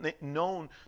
known